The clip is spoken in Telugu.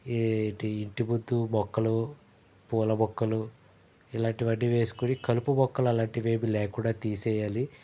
ఏది ఇంటి ముందు మొక్కలు పూల మొక్కలు ఇలాంటివన్నీ వేసుకొని కలుపు మొక్కలు అలాంటి వేమి లేకుండా తీసేయాలి